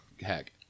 hack